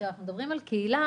כשאנחנו מדברים על קהילה,